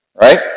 right